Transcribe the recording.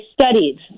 studied